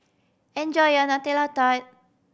enjoy your Nutella Tart